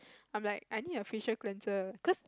I'm like I need a facial cleanser cause